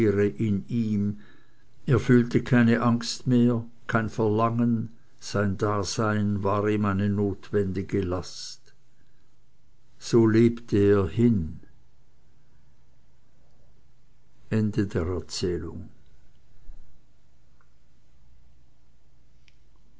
in ihm er fühlte keine angst mehr kein verlangen sein dasein war ihm eine notwendige last so lebte er hin